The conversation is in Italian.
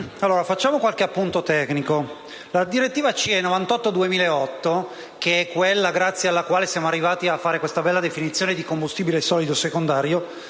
facciamo qualche appunto tecnico. La direttiva 2008/98/CE, che è quella grazie alla quale siamo arrivati a fare questa bella definizione di combustibile solido secondario,